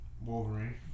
Wolverine